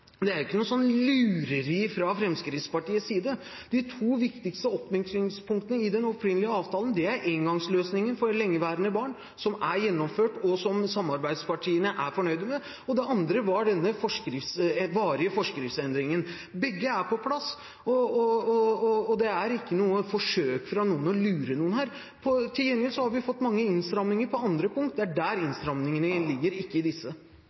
Det er ikke noe lureri fra Fremskrittspartiets side. De to viktigste oppmykningspunktene i den opprinnelige avtalen er engangsløsningen for lengeværende barn, som er gjennomført, og som samarbeidspartiene er fornøyd med, og det andre er forskriftsendringen om varig ordning. Begge er på plass. Det er ikke noe forsøk fra noen på å lure noen her. Til gjengjeld har vi fått mange innstramninger på andre punkter. Det er der innstramningene ligger, ikke i disse.